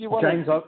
James